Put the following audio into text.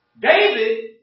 David